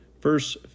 Verse